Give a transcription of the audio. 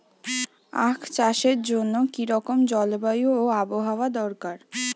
আখ চাষের জন্য কি রকম জলবায়ু ও আবহাওয়া দরকার?